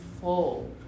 full